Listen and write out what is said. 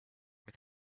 with